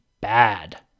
bad